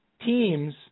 Teams